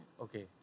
Okay